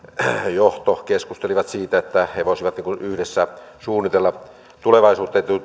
johto keskustelivat siitä että he voisivat yhdessä suunnitella tulevaisuutta